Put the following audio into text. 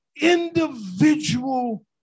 individual